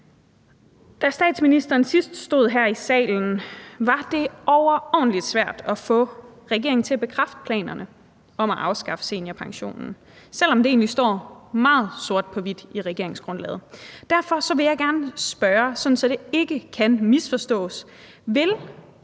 Da statsministeren sidst stod her i salen, var det overordentlig svært at få regeringen til at bekræfte planerne om at afskaffe seniorpensionen, selv om det egentlig står meget sort på hvidt i regeringsgrundlaget. Derfor vil jeg gerne spørge, sådan at det ikke kan misforstås: